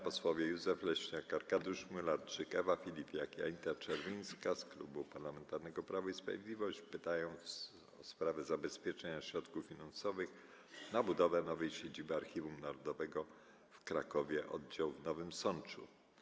Posłowie Józef Leśniak, Arkadiusz Mularczyk, Ewa Filipiak i Anita Czerwińska z Klubu Parlamentarnego Prawo i Sprawiedliwość pytają o sprawę zabezpieczenia środków finansowych na budowę nowej siedziby Archiwum Narodowego w Krakowie Oddział w Nowym Sączu.